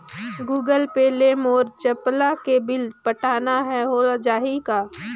Google Pay ले मोल चपला के बिल पटाना हे, हो जाही का?